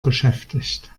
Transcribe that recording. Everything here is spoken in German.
beschäftigt